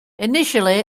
initially